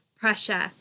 pressure